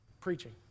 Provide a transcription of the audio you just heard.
Preaching